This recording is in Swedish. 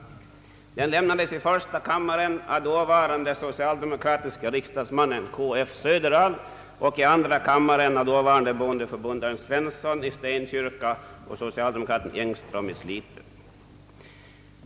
Motionen lämnades av dåvarande socialdemokratiske riksdagsmannen K. F. Söderdahl. En likalydande motion väcktes i andra kammaren av bondeförbundaren Svensson i Stenkyrka och socialdemokraten Engström i Slite.